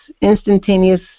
instantaneous